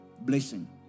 blessing